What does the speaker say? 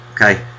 okay